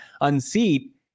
unseat